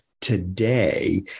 today –